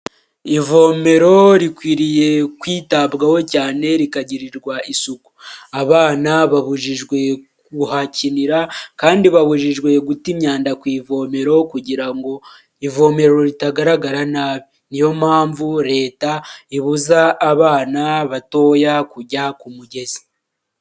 ivomero rikwiriye kwitabwaho cyane rikagirirwa isuku, abana babujijwe kuhakinira kandi babujijwe guta imyanda ku ivomero kugira ngo ivomero ritagaragaranabi niyo mpamvu leta ibuza abana batoya kujya ku mugezi.